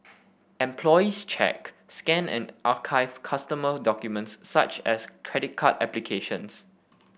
employees check scan and archive customer documents such as credit card applications